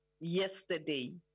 yesterday